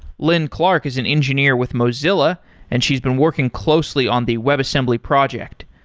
lin clark is an engineer with mozilla and she's been working closely on the web assembly project.